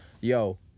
Yo